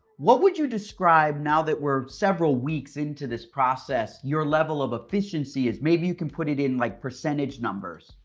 what would you describe now that we're several weeks into this process, your level of efficiency? maybe you can put it in like percentage numbers?